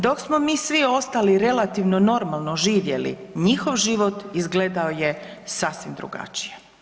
Dok smo mi svi ostali relativno normalno živjeli, njihov život izgledao je sasvim drugačije.